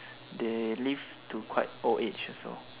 they live to quite old age also